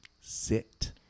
Sit